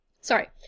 Sorry